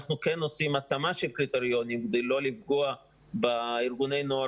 אנחנו כן עושים התאמה של קריטריונים כדי לא לפגוע בארגוני נוער